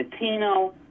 Latino